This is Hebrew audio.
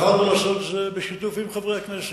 בחרנו לעשות את זה בשיתוף עם חברי הכנסת,